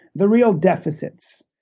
the real deficits,